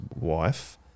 wife